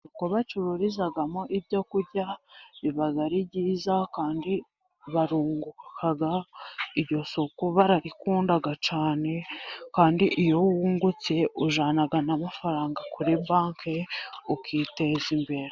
Isoko bacururizamo ibyo kurya riba ari ryiza, kandi barunguka ,iryo soko bararikunda cyane, kandi iyo wungutse ujyana n'amafaranga kuri banki ,ukiteza imbere.